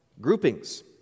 groupings